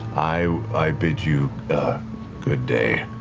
i i bid you good day.